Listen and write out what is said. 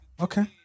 Okay